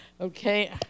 Okay